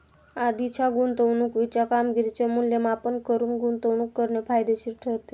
आधीच्या गुंतवणुकीच्या कामगिरीचे मूल्यमापन करून गुंतवणूक करणे फायदेशीर ठरते